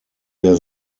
der